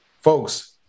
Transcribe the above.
Folks